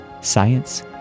Science